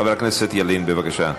חבר הכנסת ילין, בבקשה.